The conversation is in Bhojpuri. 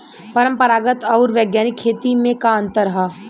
परंपरागत आऊर वैज्ञानिक खेती में का अंतर ह?